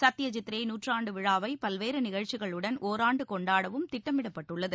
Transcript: சத்யஜித்ரே நூற்றாண்டுவிழாவைபல்வேறுநிகழ்ச்சிகளுடன் ஒராண்டுகொண்டாடவும் திட்டமிடப்பட்டுள்ளது